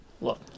look